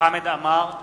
חמד עמאר,